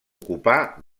ocupà